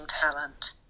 talent